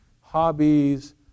hobbies